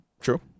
True